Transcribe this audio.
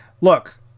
look